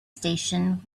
station